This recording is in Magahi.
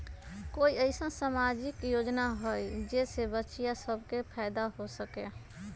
कोई अईसन सामाजिक योजना हई जे से बच्चियां सब के फायदा हो सके?